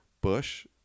Bush